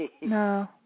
No